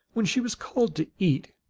when she was called to eat,